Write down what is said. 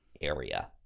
area